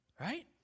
Right